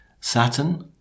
Saturn